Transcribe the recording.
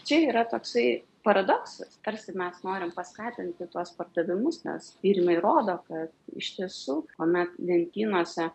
čia yra toksai paradoksas tarsi mes norim paskatinti tuos pardavimus nes tyrimai rodo kad iš tiesų kuomet lentynose